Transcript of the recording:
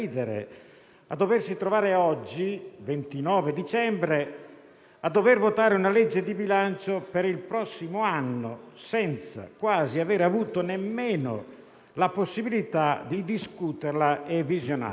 da ridere a trovarsi oggi, 29 dicembre, a dover votare una legge di bilancio per il prossimo anno quasi senza aver avuto nemmeno la possibilità di discuterla e visionarla.